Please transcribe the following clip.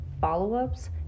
follow-ups